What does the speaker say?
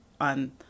on